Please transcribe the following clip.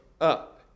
up